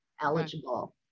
eligible